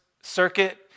circuit